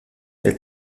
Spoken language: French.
elle